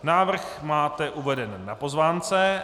Návrh máte uvedený na pozvánce.